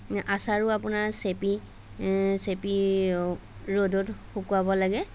আচাৰো আপোনাৰ চেপি চেপি ৰ'দত শুকুৱাব লাগে